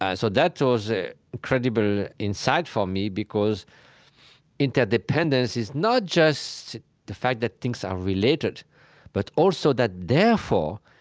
and so that ah was an ah incredible insight for me, because interdependence is not just the fact that things are related but also that, therefore,